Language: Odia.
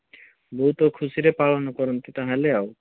ବହୁତ ଖୁସିରେ ପାଳନ କରନ୍ତି ତା'ହେଲେ ଆଉ